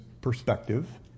perspective